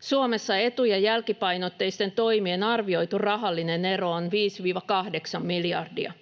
Suomessa etu- ja jälkipainotteisten toimien arvioitu rahallinen ero on 5—8 miljardia.